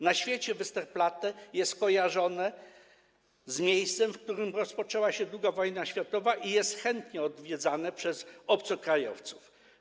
Na świecie Westerplatte jest kojarzone z miejscem, gdzie rozpoczęła się II wojna światowa, i jest ono chętnie odwiedzane przez obcokrajowców.